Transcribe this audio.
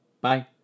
bye